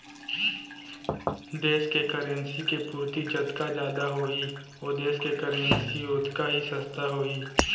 देस के करेंसी के पूरति जतका जादा होही ओ देस के करेंसी ओतका ही सस्ता होही